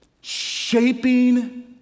shaping